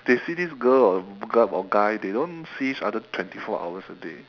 they see this girl or g~ or guy they don't see each other twenty four hours a day